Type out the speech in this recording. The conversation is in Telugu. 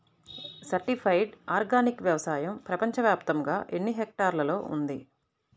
సర్టిఫైడ్ ఆర్గానిక్ వ్యవసాయం ప్రపంచ వ్యాప్తముగా ఎన్నిహెక్టర్లలో ఉంది?